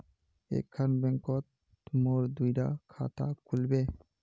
एक खान बैंकोत मोर दुई डा खाता खुल बे?